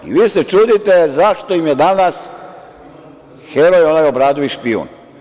I vi se čudite zašto im je danas heroj onaj Obradović špijun.